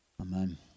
amen